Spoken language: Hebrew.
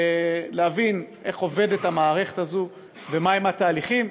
להבין איך עובדת המערכת הזו ומה הם התהליכים.